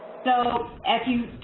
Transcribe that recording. so, as you